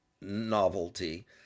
novelty